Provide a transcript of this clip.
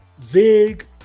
zig